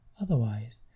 otherwise